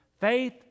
Faith